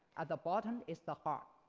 at the bottom is the heart.